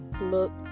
look